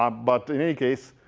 um but any case,